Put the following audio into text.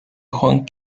juan